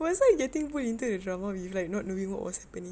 was I getting put into the drama we like not knowing what was happening